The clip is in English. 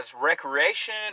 recreation